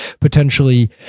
potentially